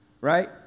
right